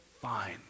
Fine